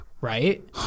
Right